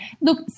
look